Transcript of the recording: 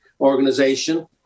organization